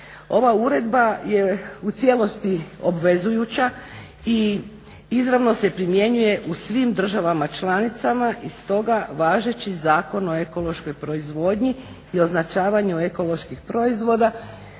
Ova uredba je u cijelosti obvezujuća i izravno se primjenjuje u svim državama članicama i stoga važeći Zakon o ekološkoj proizvodnji i označavanju ekoloških proizvoda